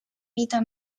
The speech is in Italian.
vita